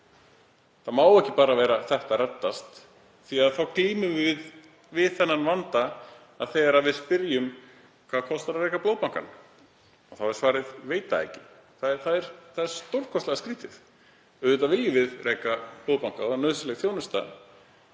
Það má ekki bara vera „þetta reddast“ því að þá glímum við við þann vanda að þegar við spyrjum hvað kosti að reka Blóðbankann er svarið: Ég veit það ekki. Það er stórkostlega skrýtið. Auðvitað viljum við reka blóðbanka og það er nauðsynleg þjónusta